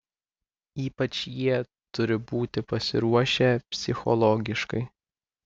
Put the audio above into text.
ypač jie turi būti pasiruošę psichologiškai